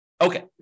Okay